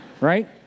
right